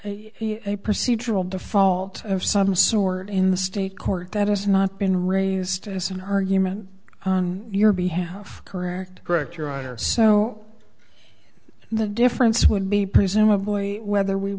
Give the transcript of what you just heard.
a procedural default of some sort in the state court that has not been raised as an argument on your behalf correct correct your honor so the difference would be presumably whether we